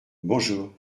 bonjour